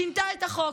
שינתה את החוק.